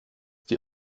die